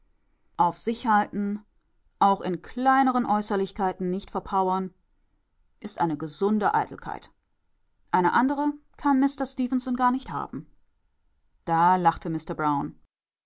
auf sich halten auch in kleinen äußerlichkeiten nicht verpowern ist eine gesunde eitelkeit eine andere kann mister stefenson gar nicht haben da lachte